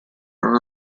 are